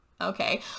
okay